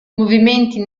movimenti